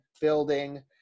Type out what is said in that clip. building